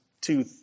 two